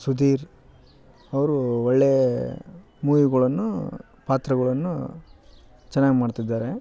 ಸುಧೀರ್ ಅವರು ಒಳ್ಳೆ ಮೂವಿಗಳನ್ನು ಪಾತ್ರಗಳನ್ನು ಚೆನ್ನಾಗಿ ಮಾಡ್ತಿದ್ದಾರೆ